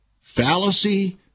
fallacy